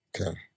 Okay